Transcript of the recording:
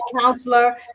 counselor